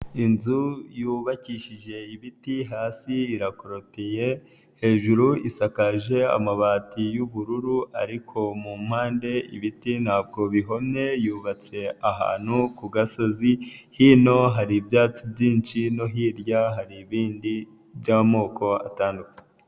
Inzu yubakishije ibiti, hasi irakorotiye, hejuru isakaje amabati y'ubururu ariko mu mpande ibiti ntabwo bihomye, yubatse ahantu ku gasozi, hino hari ibyatsi byinshi no hirya hari ibindi by'amoko atandukanye.